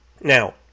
Now